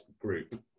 Group